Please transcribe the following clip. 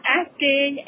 asking